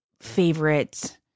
favorite